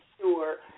sure